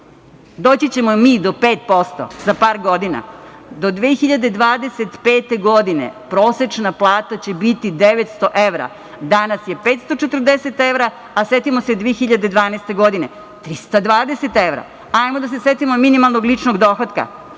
Doći ćemo mi i do 5% za par godina. Do 2025. godine prosečna plata će biti 900 evra. Danas je 540 evra, a setimo se 2012. godine – 320 evra. Hajmo da se setimo minimalnog ličnog dohotka.